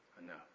enough